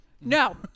No